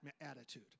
attitude